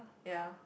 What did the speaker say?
ya